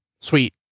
sweet